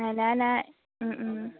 নাই নাই নাই